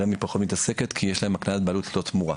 רמ"י פשוט מתעסקת כי יש להם הקניית בעלות ללא תמורה,